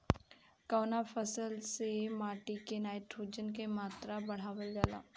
कवना फसल से माटी में नाइट्रोजन के मात्रा बढ़ावल जाला?